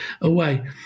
away